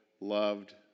loved